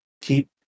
keep